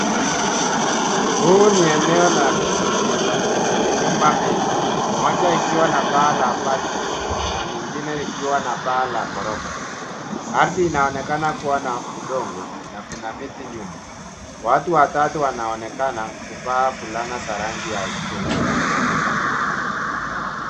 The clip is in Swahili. Huu ni eneo la vijijini, lenye nyumba mbili, moja ikiwa na paa la bati, na lingine likiwa na paa la ghorofa. Ardhi inaonekana kuwa na udongo, na kuna miti nyuma. Watu watatu, wanaonekana kuvaa fulana za rangi ya chungwa.